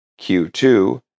Q2